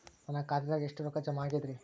ನನ್ನ ಖಾತೆದಾಗ ಎಷ್ಟ ರೊಕ್ಕಾ ಜಮಾ ಆಗೇದ್ರಿ?